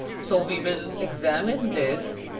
so, we will examine this,